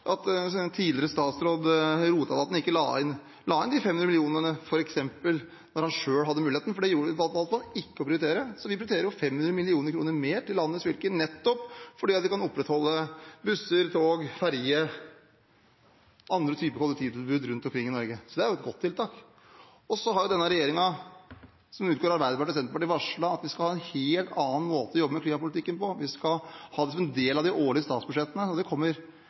han selv hadde muligheten. Det valgte man ikke å prioritere. Så vi prioriterer 500 mill. kr mer til landets fylker, slik at de kan opprettholde nettopp buss-, tog- og ferjetilbudet – og andre typer kollektivtilbud – rundt omkring i Norge. Det er et godt tiltak. Denne regjeringen, som utgår fra Arbeiderpartiet og Senterpartiet, har også varslet at vi skal ha en helt annen måte å jobbe med klimapolitikken på. Vi skal ha det som en del av de årlige statsbudsjettene